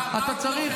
אתה צריך,